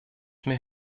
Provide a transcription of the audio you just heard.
mehr